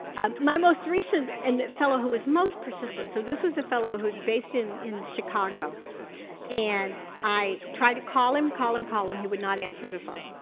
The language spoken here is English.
my most recent and fellow who was most persistent, so this was a fellow who's based in in chicago and i tried to call him, call him, call him, he would not answer the phone.